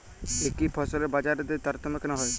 একই ফসলের বাজারদরে তারতম্য কেন হয়?